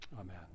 Amen